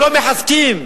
כלא מחזקים,